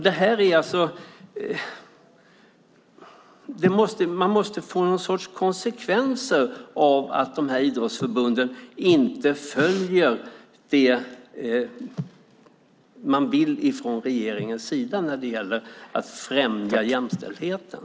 Det måste få någon sorts konsekvenser när idrottsförbunden inte följer det man vill från regeringens sida när det gäller att främja jämställdheten.